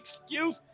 excuse